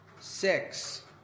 six